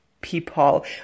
people